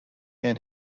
and